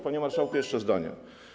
Panie marszałku, jeszcze zdanie.